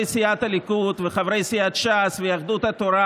סיעת הליכוד וחברי סיעת ש"ס ויהדות התורה